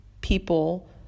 people